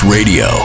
Radio